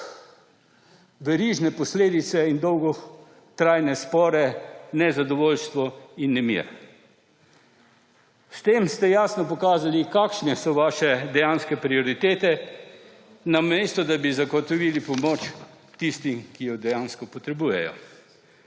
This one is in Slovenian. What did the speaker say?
verižne posledice in dolgotrajne spore, nezadovoljstvo in nemir. S tem ste jasno pokazali, kakšne so vaše dejanske prioritete, namesto da bi zagotovili pomoč tistim, ki jo dejansko potrebujejo.